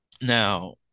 now